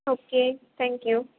okay thank you